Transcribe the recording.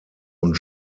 und